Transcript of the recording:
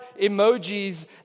emojis